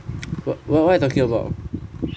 what what you talking about